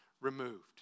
removed